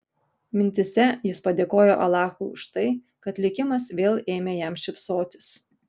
mintyse jis padėkojo alachui už tai kad likimas vėl ėmė jam šypsotis